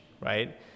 right